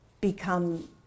become